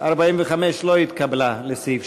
45 לסעיף 2 לא התקבלה.